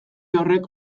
horrek